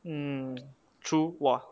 mm true !wah!